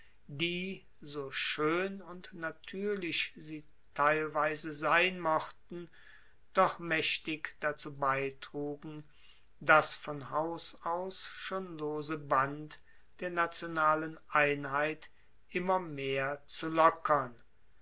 so schoen und natuerlich sie teilweise sein mochten doch maechtig dazu beitrugen das von haus aus schon lose band der nationalen einheit immer mehr zu lockern